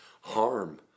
harm